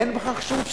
אין בכך שום פסול,